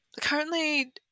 currently